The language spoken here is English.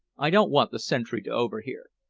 i don't want the sentry to overhear.